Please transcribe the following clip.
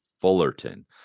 Fullerton